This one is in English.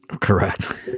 correct